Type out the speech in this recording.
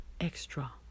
extra